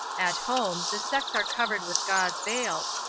at home, the sex are covered with gauze veils,